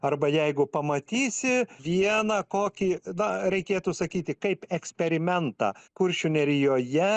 arba jeigu pamatysi vieną kokį na reikėtų sakyti kaip eksperimentą kuršių nerijoje